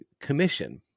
commission